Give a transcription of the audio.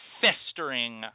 festering